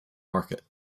market